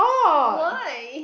why